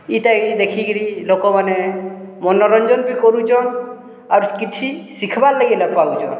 ଇଟାକେ ଦେଖିକିରି ଲୋକମାନେ ମନୋରଞ୍ଜନ ବି କରୁଛନ୍ ଆର୍ କିଛି ଶିଖବାର୍ଲାଗି ବି ପାଉଛନ୍